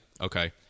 Okay